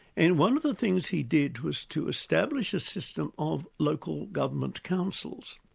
and one of the things he did was to establish a system of local government councils.